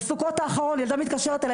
בסוכות האחרון ילדה מתקשרת אליי,